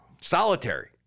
Solitary